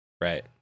Right